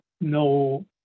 no